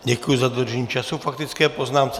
Děkuji za dodržení času k faktické poznámce.